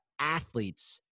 athletes